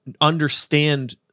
understand